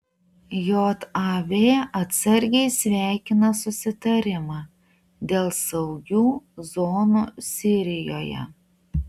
jav atsargiai sveikina susitarimą dėl saugių zonų sirijoje